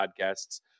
podcasts